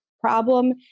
problem